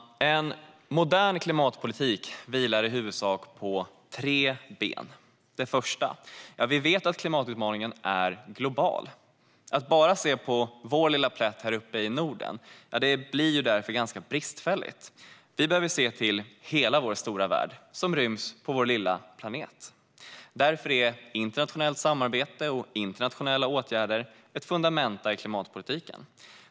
En modern klimatpolitik vilar i huvudsak på tre ben. För det första vet vi att klimatutmaningen är global. Att bara titta på vår lilla plätt här uppe i Norden blir därför ganska bristfälligt. Vi behöver se till hela vår stora värld som ryms på vår lilla planet. Därför är internationellt samarbete och internationella åtgärder ett fundament i klimatpolitiken.